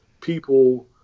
people